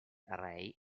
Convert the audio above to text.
rey